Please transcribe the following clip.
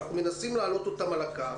אנחנו מנסים להעלות אותם על הקו.